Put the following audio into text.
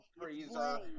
freezer